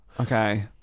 Okay